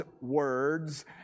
words